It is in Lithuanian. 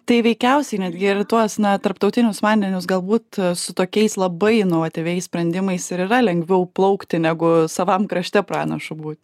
tai veikiausiai netgi ir į tuos na tarptautinius vandenis galbūt su tokiais labai inovatyviais sprendimais ir yra lengviau plaukti negu savam krašte pranašu būt